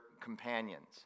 companions